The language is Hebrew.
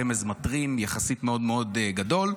רמז מטרים יחסית מאוד מאוד גדול,